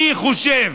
אני חושב